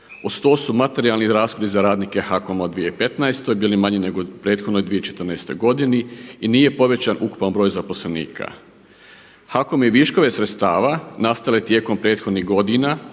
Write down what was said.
Uz to su materijalni rashodi za radnike HAKOM-a u 2015. bili manji nego u prethodnoj 2014. godini i nije povećan ukupan broj zaposlenika. HAKOM je viškove sredstava nastale tijekom prethodnih godina,